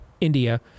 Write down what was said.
India